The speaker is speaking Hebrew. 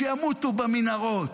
שימותו במנהרות.